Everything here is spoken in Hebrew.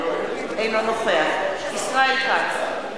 אינו נוכח ישראל כץ,